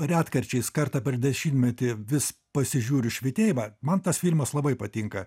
retkarčiais kartą per dešimtmetį vis pasižiūriu švytėjimą man tas filmas labai patinka